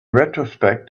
retrospect